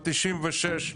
ב-1996,